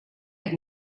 qed